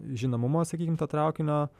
žinomumo sakykim to traukinio